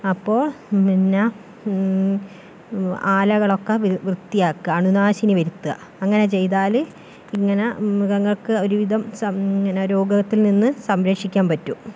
അപ്പം പിന്നെ ആലകളൊക്കെ വൃത്തിയാക്കുക അണുനാശിനി വരുത്തുക അങ്ങനെ ചെയ്താല് ഇങ്ങനെ മൃഗങ്ങൾക്ക് ഒരുവിധം സം രോഗത്തിൽ നിന്നും സംരക്ഷിക്കാൻ പറ്റും